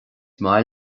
maith